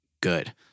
good